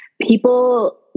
people